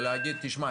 ולהגיד: תשמע,